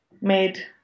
made